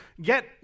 get